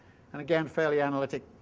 and again fairly analytic.